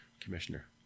Commissioner